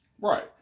right